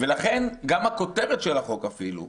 לכן, גם הכותרת של החוק, אפילו,